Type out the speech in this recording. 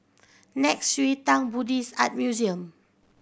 Nei Xue Tang Buddhist Art Museum